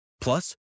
Plus